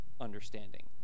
understanding